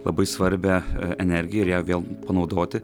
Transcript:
labai svarbią energiją ir ją vėl panaudoti